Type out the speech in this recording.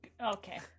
Okay